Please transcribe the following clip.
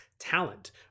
talent